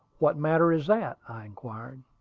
what matter is that? i inquired.